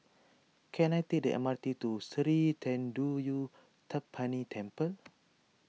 can I take the M R T to Sri thendayuthapani Temple